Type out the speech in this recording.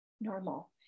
normal